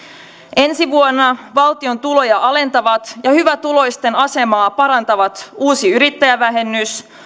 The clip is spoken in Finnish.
ensi vuonna valtion tuloja alentavat ja hyvätuloisten asemaa parantavat uusi yrittäjävähennys